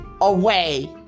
away